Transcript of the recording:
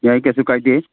ꯌꯥꯏ ꯀꯩꯁꯨ ꯀꯥꯏꯗꯦ